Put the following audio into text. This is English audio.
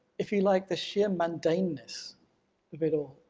if you like, the sheer mundaneness of it all,